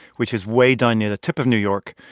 which is way down near the tip of new york,